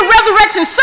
Resurrection